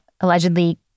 allegedly